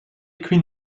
quinn